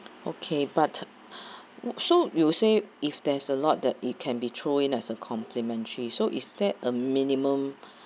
okay but so you say if there's a lot that it can be throw in as a complimentary so is there a minimum